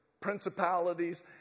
principalities